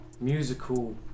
musical